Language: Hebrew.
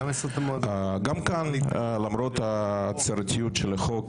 גם כאן, למרות ההצהרתיות של החוק,